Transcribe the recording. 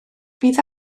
bydd